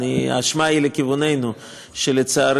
האשמה